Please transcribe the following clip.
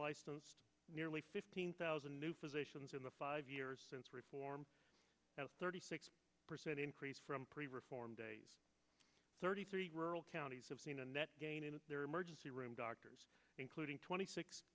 licensed nearly fifteen thousand new physicians in the five years since reform thirty six percent increase from pretty reform days thirty three rural counties have seen a net gain in their emergency room doctors including twenty six